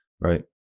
Right